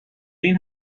این